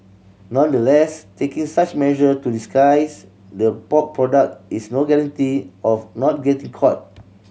nonetheless taking such measure to disguise the pork product is no guarantee of not getting caught